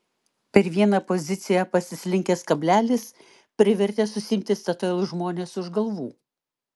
per vieną poziciją pasislinkęs kablelis privertė susiimti statoil žmones už galvų